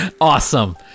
Awesome